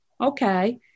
Okay